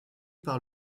par